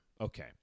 Okay